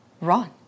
run